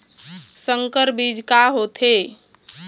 संकर बीज का होथे?